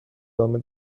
دامه